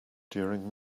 during